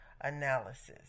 analysis